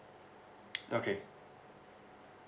okay